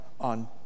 on